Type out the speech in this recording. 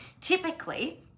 Typically